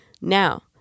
Now